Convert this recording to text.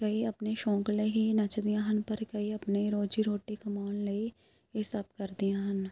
ਕਈ ਆਪਨੇ ਸ਼ੌਂਕ ਲਈ ਹੀ ਨੱਚਦੀਆਂ ਹਨ ਪਰ ਕਈ ਆਪਣੇ ਰੋਜ਼ੀ ਰੋਟੀ ਕਮਾਉਣ ਲਈ ਇਹ ਸਭ ਕਰਦੀਆਂ ਹਨ